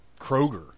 Kroger